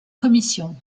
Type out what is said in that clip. commission